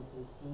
(uh huh)